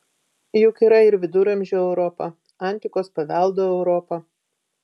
juk yra ir viduramžių europa antikos paveldo europa